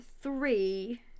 three